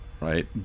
right